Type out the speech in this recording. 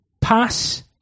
Pass